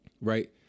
right